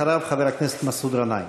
אחריו, חבר הכנסת מסעוד גנאים.